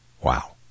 Wow